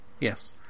yes